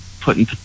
putting